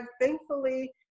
Thankfully